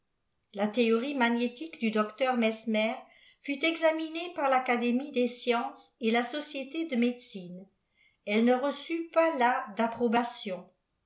la théorie magnétique du docteur mesmer fut examinée par l'académie des sciences et la société de médecine elle ne reçut pas là d'approbation